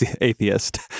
atheist